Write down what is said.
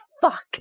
Fuck